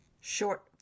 Short